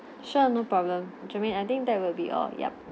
sure no problem germane I think that will be all yup